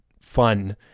fun